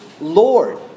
Lord